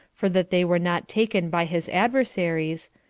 for that they were not taken by his adversaries,